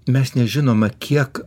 mes nežinome kiek